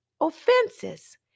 offenses